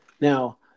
Now